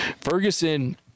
Ferguson